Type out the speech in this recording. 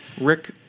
Rick